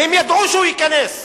והם ידעו שהוא ייכנס.